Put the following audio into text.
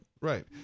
Right